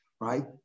right